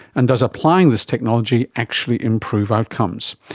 and does applying this technology actually improve outcomes?